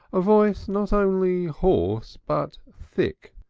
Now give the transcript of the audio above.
a voice not only hoarse, but thick,